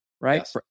right